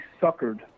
suckered